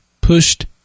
pushed